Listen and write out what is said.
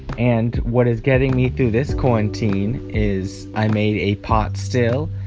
and what is getting me through this quarantine is i made a pot still,